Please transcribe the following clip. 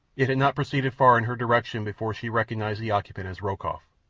it had not proceeded far in her direction before she recognized the occupant as rokoff,